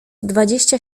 dwadzieścia